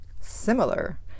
similar